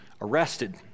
arrested